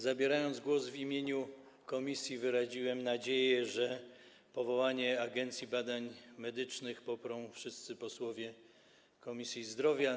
Zabierając głos w imieniu komisji, wyraziłem nadzieję, że powołanie Agencji Badań Medycznych poprą wszyscy posłowie Komisji Zdrowia.